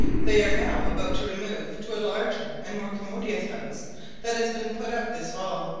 they are now about to remove to a larger and more commodious house that has been put up this fall,